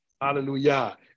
Hallelujah